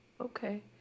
Okay